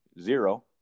zero